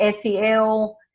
SEL